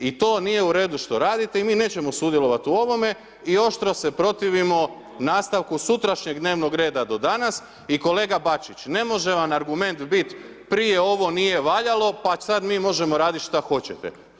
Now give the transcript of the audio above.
I to nije u redu što radite i mi nećemo sudjelovati u ovome i oštro se protivimo nastavku sutrašnjeg dnevnog reda do danas i kolega Bačić, ne može vam argument biti, prije ovo nije valjalo pa sada mi možemo raditi šta hoćete.